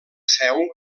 seu